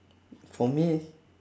for me